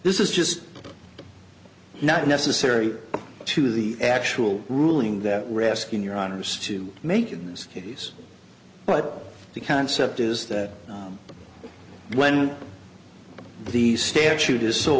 this is just not necessary to the actual ruling that we're asking your honour's to make in this case but the concept is that when the statute is so